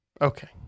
Okay